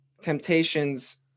temptations